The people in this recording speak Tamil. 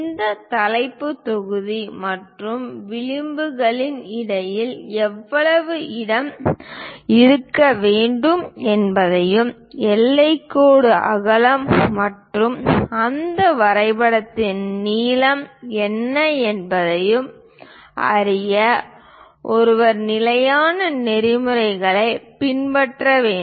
இந்த தலைப்புத் தொகுதி மற்றும் விளிம்புகளுக்கு இடையில் எவ்வளவு இடம் இருக்க வேண்டும் என்பதையும் எல்லைக் கோடு அகலம் மற்றும் அந்த வரைபடத்தின் நீளம் என்ன என்பதையும் அறிய ஒருவர் நிலையான நெறிமுறைகளைப் பின்பற்ற வேண்டும்